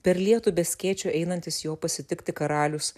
per lietų be skėčio einantis jo pasitikti karalius